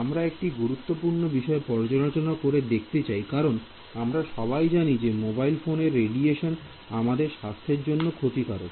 আমরা একটি গুরুত্বপূর্ণ বিষয় পর্যালোচনা করতে চাই কারণ আমরা সবাই জানি যে মোবাইল ফোনের রেডিয়েশন আমাদের স্বাস্থ্যের জন্য ক্ষতিকারক